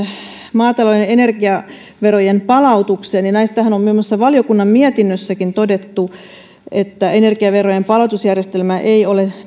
maatalouden energiaverojen palautukseen niin näistähän on muun muassa valiokunnan mietinnössäkin todettu energiaverojen palautusjärjestelmä ei ole